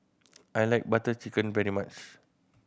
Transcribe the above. I like Butter Chicken very much